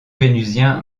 vénusien